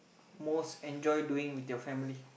most enjoy doing with your family